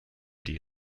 die